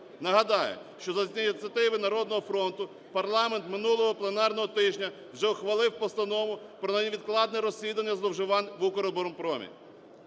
Нагадаю, за ініціативи "Народного фронту" парламент минулого пленарного тижня вже ухвалив Постанову про невідкладне розслідування зловживань в "Укроборонпромі".